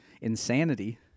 insanity